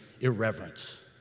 irreverence